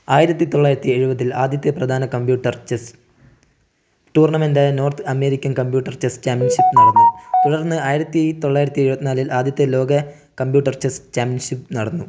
ആയിരത്തി തൊള്ളായിരത്തി എഴുപതിൽ ആദ്യത്തെ പ്രധാന കമ്പ്യൂട്ടർ ചെസ്സ് ടൂർണമെൻറ് ആയ North American computer chess championship നടന്നു തുടർന്ന് ആയിരത്തി തൊള്ളായിരത്തി എഴുപത്തി നാലിൽ ആദ്യത്തെ ലോക കമ്പ്യൂട്ടർ ചെസ്സ് ചാമ്പ്യൻഷിപ്പ് നടന്നു